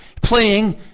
playing